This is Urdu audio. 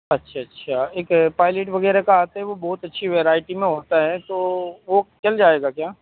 اچھا اچھا ایک پائلٹ وغیرہ کا آتا ہے وہ بہت اچھی ورائٹی میں ہوتا ہے تو وہ چل جائے گا کیا